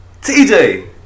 TJ